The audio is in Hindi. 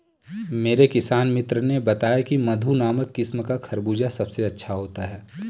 मेरे किसान मित्र ने बताया की मधु नामक किस्म का खरबूजा सबसे अच्छा होता है